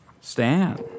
Stan